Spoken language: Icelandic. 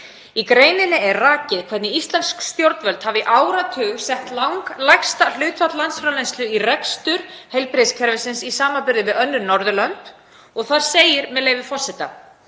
Í greininni er rakið hvernig íslensk stjórnvöld hafa í áratug sett langlægsta hlutfall landsframleiðslu í rekstur heilbrigðiskerfisins í samanburði við önnur Norðurlönd og þar segir, með leyfi forseta: